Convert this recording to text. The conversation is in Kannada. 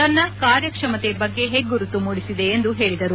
ತನ್ನ ಕಾರ್ಯಕ್ಷಮತೆ ಬಗ್ಗೆ ಹೆಗ್ಗುರುತು ಮೂಡಿಸಿದೆ ಎಂದು ಹೇಳಿದರು